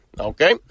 okay